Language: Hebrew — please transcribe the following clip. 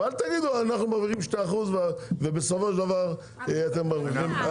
אבל אל תגידו אנחנו מרוויחים 2% ובסופו של דבר אתם מרוויחים.